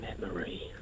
Memory